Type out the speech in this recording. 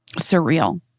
surreal